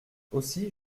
aussi